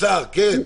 קצר מאוד.